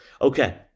Okay